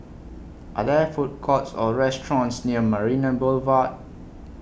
Are There Food Courts Or restaurants near Marina Boulevard